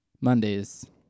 Mondays